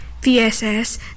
VSS